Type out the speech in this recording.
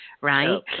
Right